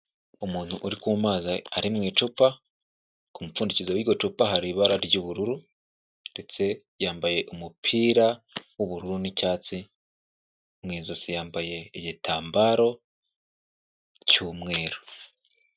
Umuntu uri ku mazi ari mu icupa, ku mupfundikizo w'iryo cupa hari ibara ry'ubururu ndetse yambaye umupira w'ubururu n'icyatsi, mu ijosi yambaye igitambaro cy'umweru.